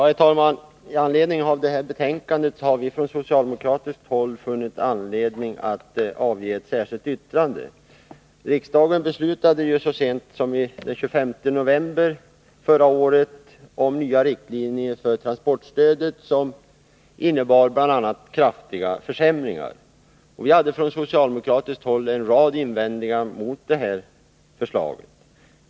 Herr talman! I anledning av det här betänkandet har vi från socialdemokratiskt håll funnit anledning att avge ett särskilt yttrande. Riksdagen beslöt ju så sent som den 25 november förra året om nya riktlinjer för transportstödet som innebar bl.a. kraftiga försämringar. Vi hade från socialdemokratiskt håll en rad invändningar mot det förslaget.